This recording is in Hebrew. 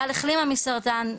גל החלימה מסרטן,